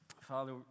Father